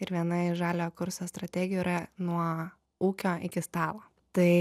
ir viena iš žaliojo kurso strategijų yra nuo ūkio iki stalo tai